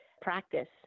practice